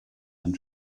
and